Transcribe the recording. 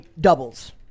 doubles